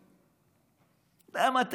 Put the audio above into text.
למה,